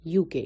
UK